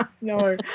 No